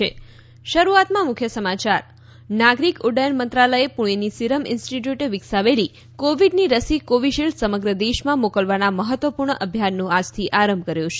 ત નાગરિક ઉદ્દયન મંત્રાલયે પુણેની સિરમ ઇન્સ્ટીટ્યૂટે વિકસાવેલી કોવીડની રસી કોવીશીલ્ડ સમગ્ર દેશમાં મોકલવાના મહત્વપૂર્ણ અભિયાનનો આજથી આરંભ કર્યો છે